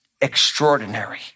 extraordinary